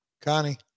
Connie